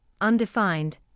undefined